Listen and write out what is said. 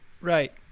right